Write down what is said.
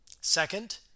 Second